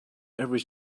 every